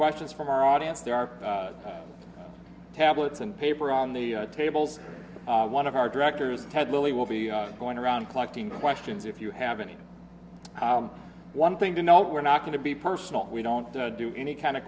questions from our audience there are tablets and paper on the tables one of our directors ted really will be going around collecting questions if you have any one thing to note we're not going to be personal we don't do any kind of